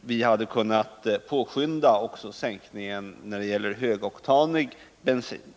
vi också hade kunnat påskynda sänkningen när det gäller högoktanig bensin.